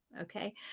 okay